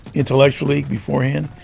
intellectually beforehand,